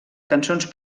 cançons